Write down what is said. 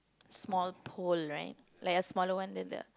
small pole right like a smaller one than the